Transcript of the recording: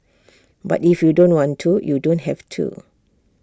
but if you don't want to you don't have to